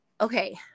Okay